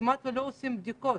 כמעט ולא עושים בדיקות.